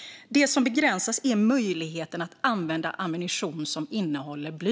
Det som begränsas är möjligheten att använda ammunition som innehåller bly.